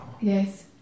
Yes